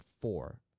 four